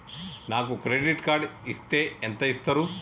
నాకు credit card ఇస్తే ఎంత ఇస్తరు?